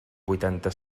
vuitanta